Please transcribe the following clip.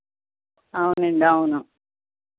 అవునండి అవును